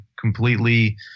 completely